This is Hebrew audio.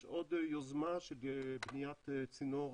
יש עוד יוזמה של בניית צינור